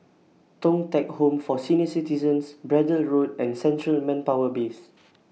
Thong Teck Home For Senior Citizens Braddell Road and Central Manpower Base